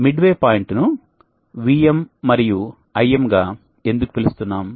midway point ను VM మరియు IM గా ఎందుకు పిలుస్తున్నాం